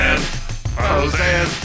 Frozen